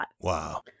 Wow